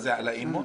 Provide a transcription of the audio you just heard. זה על האי-אמון?